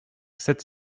sept